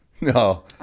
no